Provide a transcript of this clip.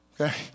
Okay